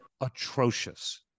atrocious